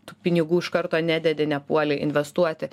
tų pinigų iš karto nededi nepuoli investuoti